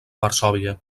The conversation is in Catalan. varsòvia